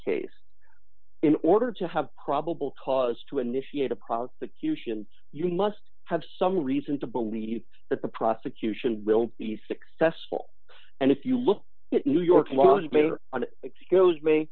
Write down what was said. case in order to have probable cause to initiate a prosecution you must have some reason to believe that the prosecution will be successful and if you look at new york mayor excuse me